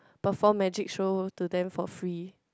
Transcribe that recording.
perform magic show to them for free